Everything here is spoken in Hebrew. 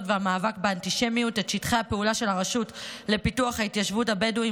והמאבק באנטישמיות את שטחי הפעולה של הרשות לפיתוח והתיישבות הבדואים